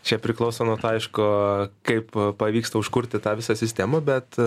čia priklauso nuo taiško kaip pavyksta užkurti tą visą sistemą bet